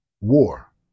war